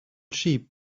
sheep